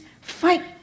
fight